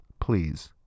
please